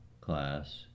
class